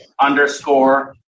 underscore